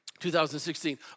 2016